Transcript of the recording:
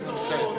חבר הכנסת אורון,